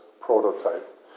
prototype